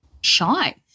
shy